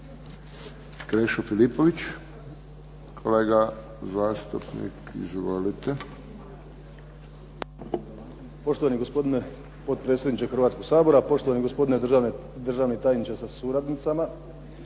Krešo Filipović, kolega zastupnik izvolite. **Filipović, Krešo (HDZ)** Poštovani gospodine potpredsjedniče Hrvatskog sabora, poštovani gospodine državni tajniče sa suradnicama,